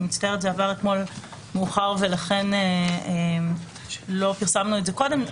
אני מצטערת אבל זה עבר אתמול מאוחר ולכן לא פרסמנו את זה קודם.